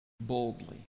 boldly